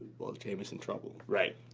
well, jaime's in trouble. right.